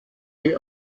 die